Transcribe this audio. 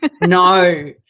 no